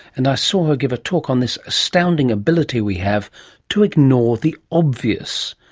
and i saw her give a talk on this astounding ability we have two ignore the obvious.